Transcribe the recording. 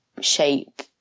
shape